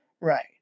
Right